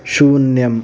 शून्यम्